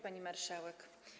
Pani Marszałek!